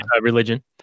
religion